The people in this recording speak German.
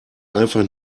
einfach